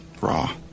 Raw